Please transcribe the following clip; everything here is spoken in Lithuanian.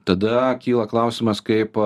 tada kyla klausimas kaip